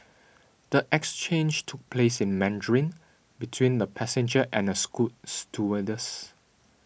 the exchange took place in Mandarin between the passenger and a scoot stewardess